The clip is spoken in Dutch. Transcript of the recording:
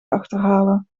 achterhalen